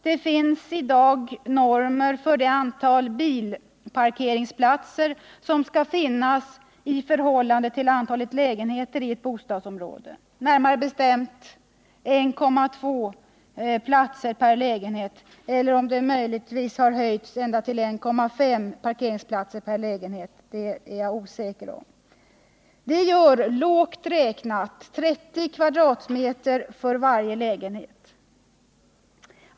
Det finns i dag normer för det antal bilparkeringsplatser som skall finnas i förhållande till antalet lägenheter i ett bostadsområde, närmare bestämt 1,2 platser per lägenhet eller om det möjligtvis har höjts ända till 1,5 platser — det är jag osäker om. Detta gör lågt räknat 30 kvadratmeter för varje lägenhet.